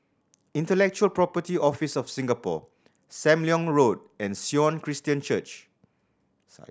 Intellectual Property Office of Singapore Sam Leong Road and Sion Christian Church